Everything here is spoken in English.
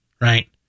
right